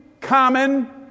common